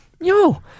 Yo